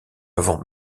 avant